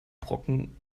brocken